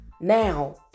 now